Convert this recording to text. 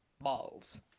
balls